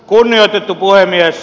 kunnioitettu puhemies